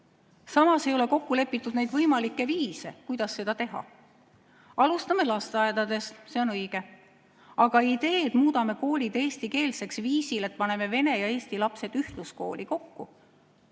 ei ole kokku lepitud neid võimalikke viise, kuidas seda teha. Alustame lasteaedadest, see on õige. Aga idee, et muudame koolid eestikeelseks viisil, et paneme vene ja eesti lapsed ühtluskooli kokku,